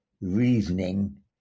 reasoning